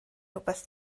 rywbeth